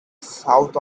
south